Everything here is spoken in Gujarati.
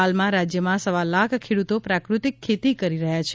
હાલમાં રાજ્યમાં સવા લાખ ખેડુતો પ્રાકૃતિક ખેતી કરી રહ્યાં છે